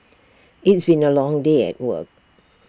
it's been A long day at work